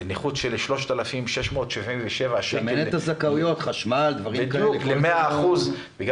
נכות של 3,677 שקלים בחודש ל-100% נכות.